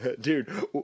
Dude